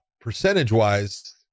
percentage-wise